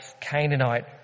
Canaanite